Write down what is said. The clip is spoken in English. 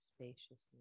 spaciousness